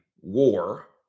war